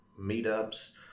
meetups